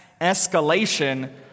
escalation